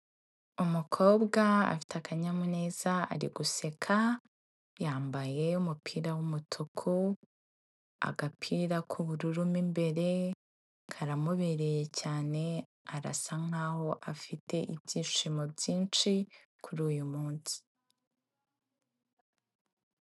Umukobwa afite akanyamuneza, ari guseka, yambaye umupira w'umutuku, agapira k'ubururu mo imbere, karamubereye cyane, arasa nkaho afite ibyishimo byinshi kuri uyu munsi.